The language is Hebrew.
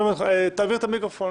אני אדבר בקצרה.